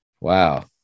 Wow